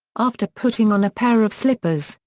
after putting on a pair of slippers,